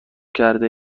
کرده